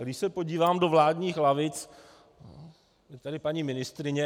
Když se podívám do vládních lavic, je tady paní ministryně .